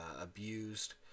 abused